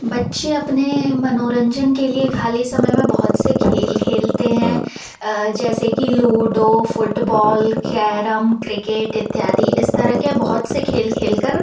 बच्चे अपने मनोरंजन के लिए खाली समय में बहुत से खेल खेलते हैं जैसे कि लूडो फुटबॉल कैरम क्रिकेट इत्यादि इस तरह के बहुत से खेल खेल कर